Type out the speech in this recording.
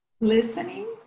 listening